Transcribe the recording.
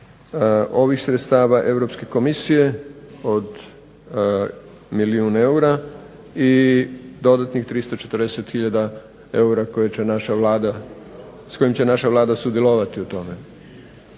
ovih sredstava Europske Komisije, od milijun eura, i dodatnih 340 hiljada eura koje će naša Vlada, s kojim će